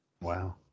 Wow